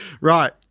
Right